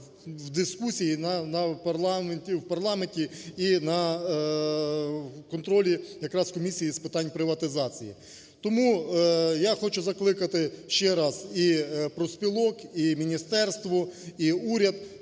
в дискусії в парламенті і на контролі якраз Комісії з питань приватизації. Тому я хочу закликати ще раз і профспілок, і міністерство, і уряд